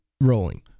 rolling